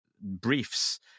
briefs